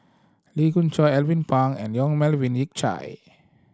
Lee Khoon Choy Alvin Pang and Yong Melvin Yik Chye